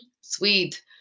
Sweet